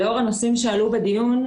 לאור הנושאים שעלו בדיון,